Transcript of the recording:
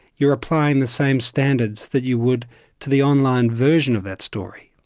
you are applying the same standards that you would to the online version of that story.